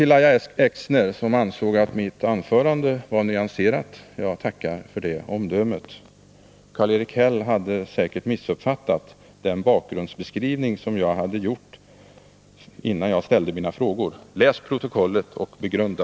Lahja Exner ansåg att mitt inlägg var nyanserat. Jag tackar för det omdömet. Karl-Erik Häll hade säkert missuppfattat den bakgrundsbeskrivning som jag hade gjort innan jag ställde mina frågor. Läs protokollet och begrunda!